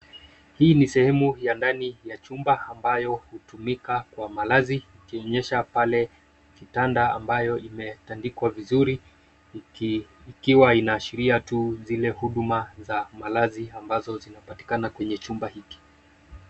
Hii ni sehemu ya ndani ya chumba ambayo hutumika kwa malazi ,ikionyesha pale kitanda ambayo imetandikwa vizuri ,ikiwa inaashiria tu zile huduma za malazi ambazo zinapatikana katika chumba hiki.